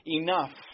enough